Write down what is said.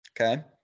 Okay